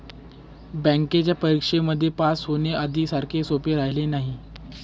बँकेच्या परीक्षेमध्ये पास होण, आधी सारखं सोपं राहिलेलं नाही